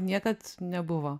niekad nebuvo